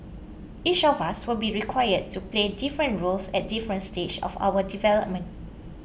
each of us will be required to play different roles at different stages of our development